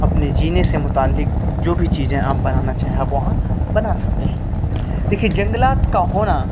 اپنے جینے سے متعلک جو بھی چیزیں آپ بنانا چاہیں آپ وہاں بنا سکتے ہیں دیکھیے جنگلات کا ہونا